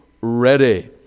ready